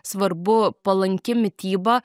svarbu palanki mityba